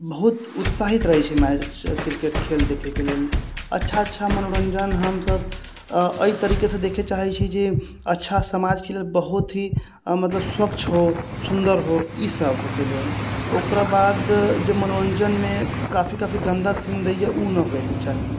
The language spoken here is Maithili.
बहुत उत्साहित रहै छी मैच क्रिकेट खेल देखैके लेल अच्छा अच्छा मनोरञ्जन हमसब अइ तरीकेसँ देखै चाहै छी जे अच्छा समाजके लेल बहुत ही मतलब स्वच्छ हो सुन्दर हो ई सबके लेल ओकरा बाद जब मनोरञ्जनमे काफी काफी गन्दा सीन दै यऽ उ नहि होइके चाही